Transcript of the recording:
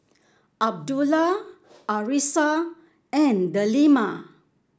Abdullah Arissa and Delima